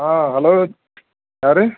ஆ hello யார்